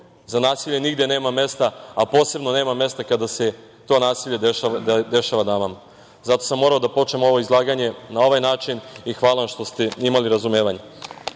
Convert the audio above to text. za nasilje nigde nema mesta, a posebno nema mesta kada se to nasilje dešava damama. Zato sam morao da počnem ovo izlaganje na ovaj način i hvala vam što ste imali razumevanja. Što